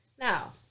Now